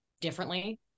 differently